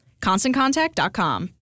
ConstantContact.com